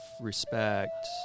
respect